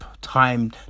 time